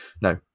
No